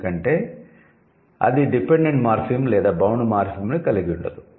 ఎందుకంటే ఇది dependent morpheme లేదా బౌండ్ మార్ఫిమ్ను కలిగి ఉండదు